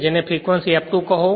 જેને frequency F2 કહો